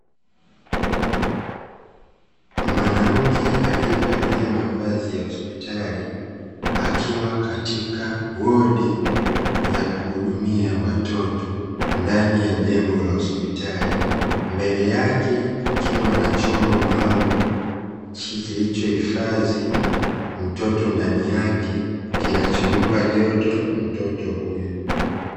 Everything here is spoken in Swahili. Mwanamke aliyevalia mavazi ya hosipitali, akiwa katika wodi ya kuhudumia watoto, ndani ya jengo la hosipitali, mbele yake kukiwa na chombo maalumu kilichohifadhi mtoto ndani yake, kinachompa joto mtoto huyo.